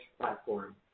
platform